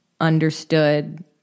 understood